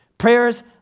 Prayers